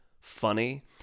funny